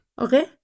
Okay